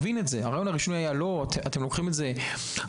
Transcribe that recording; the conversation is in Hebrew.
הרעיון הרשמי היה: אתם לוקחים את זה רחוק.